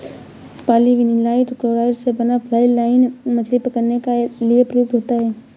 polyvinyl chloride से बना fly line मछली पकड़ने के लिए प्रयुक्त होता है